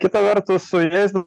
kita vertus su jais